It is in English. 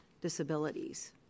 disabilities